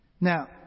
Now